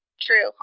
True